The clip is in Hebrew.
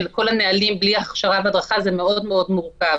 כל הנהלים בלי הכשרה והדרכה זה דבר מאוד מורכב.